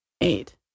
eight